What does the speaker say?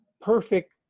perfect